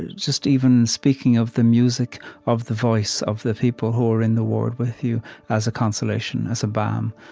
just even in speaking of the music of the voice of the people who are in the ward with you as a consolation, as a balm,